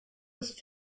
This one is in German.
des